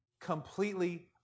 Completely